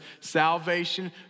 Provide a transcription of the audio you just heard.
salvation